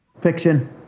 Fiction